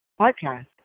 podcast